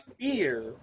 fear